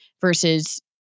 versus